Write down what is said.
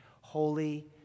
Holy